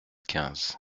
quinze